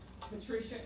Patricia